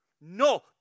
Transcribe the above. No